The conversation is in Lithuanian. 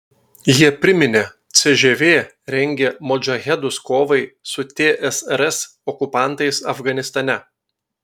jie priminė cžv rengė modžahedus kovai su tsrs okupantais afganistane